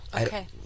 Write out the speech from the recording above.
Okay